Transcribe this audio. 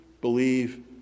believe